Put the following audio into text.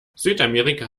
südamerika